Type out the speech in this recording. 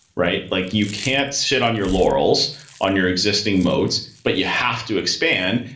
right? like you can't sit on your laurels on your existing motes, but you have to expand.